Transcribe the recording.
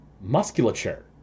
musculature